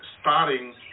starting